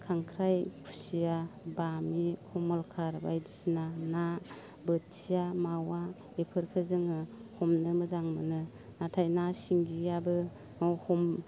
खांख्राइ खुसिया बामि कमलखाथ बायदिसिना ना बोथिया मावा बेफोरखो जोङो हमनो मोजां मोनो नाथाय ना सिंगियाबो